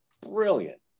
brilliant